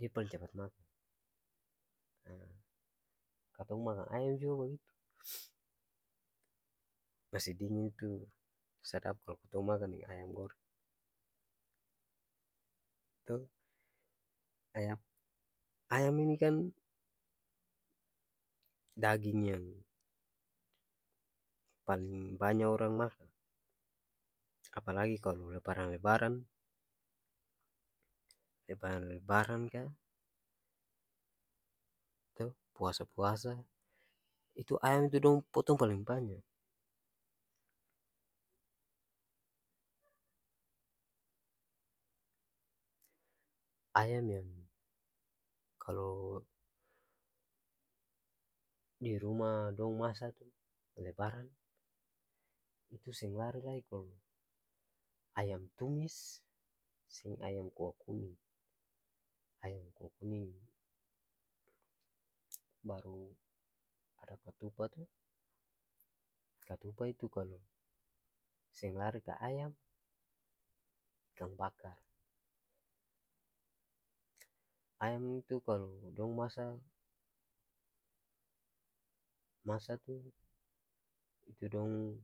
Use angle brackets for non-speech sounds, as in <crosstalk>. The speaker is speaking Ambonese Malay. Dia paleng capat makang nah katong makang ayam jua bagitu, nasi dinging tuh sadap kalu katong makang deng ayam goreng, <hesitation> ayam ayam ini kan daging yang paleng orang banya orang makan, apalagi kalu lebaran lebaran, lebaran-lebaran ka puasa-puasa itu ayam dong potong paleng banya, ayam yang kalu dirumah dong masa tuh lebaran itu seng lari lai kong ayam tumis, seng ayam kua kuning ayam kua kuning. Baru ada katupa to, katupa itu kalu seng lari ka ayam, ikan bakar. Ayam itu kalu dong masa, masa tuh itu dong